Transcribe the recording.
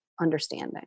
understanding